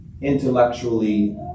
intellectually